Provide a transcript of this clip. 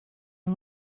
and